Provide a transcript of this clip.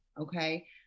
okay